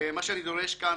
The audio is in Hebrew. אני דורש כאן,